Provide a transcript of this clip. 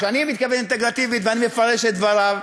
כשאני מתכוון "אינטגרטיבית" ואני מפרש את דבריו?